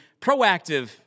proactive